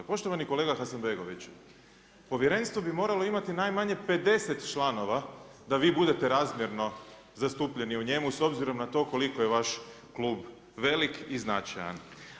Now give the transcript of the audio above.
Poštovani kolega Hasanbegoviću, povjerenstvo bi moralo imati najmanje 50 članova da vi budete razmjerno zastupljeni u njemu s obzirom na to koliko je vaš klub velik i značajan.